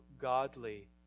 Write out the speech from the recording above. godly